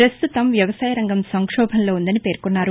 పస్తుతం వ్యవసాయ రంగం సంక్షోభంలో ఉందని పేర్కొన్నారు